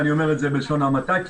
ואני אומר בלשון המעטה,